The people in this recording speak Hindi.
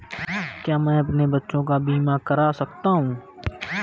क्या मैं अपने बच्चों का बीमा करा सकता हूँ?